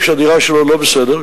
שהדירה שלו לא בסדר,